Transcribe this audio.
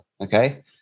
Okay